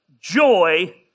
joy